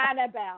Annabelle